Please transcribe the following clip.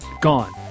gone